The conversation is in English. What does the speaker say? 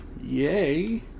Yay